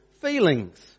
feelings